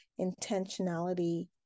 intentionality